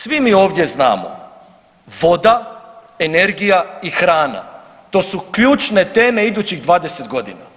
Svi mi ovdje znamo voda, energija i hrana to su ključne teme idućih 20 godina.